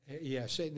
Yes